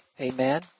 Amen